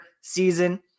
season